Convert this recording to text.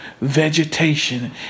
vegetation